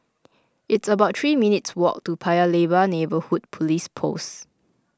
it's about three minutes' walk to Paya Lebar Neighbourhood Police Post